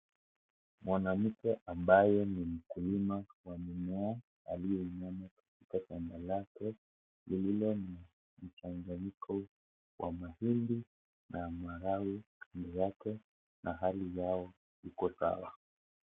Mwanamke ambaye ni mkulima wa mimea aliyeinama katika shamba lake, lililo na mchanganyiko wa mahindi na maharagwe ndani yake, na hali yao iko sawa.